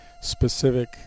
specific